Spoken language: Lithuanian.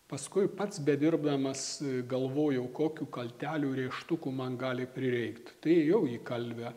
paskui pats bedirbdamas galvojau kokių kaltelių rėžtukų man gali prireikt ėjau į kalvę